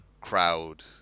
crowd